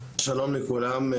שלום לכולם.